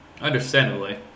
Understandably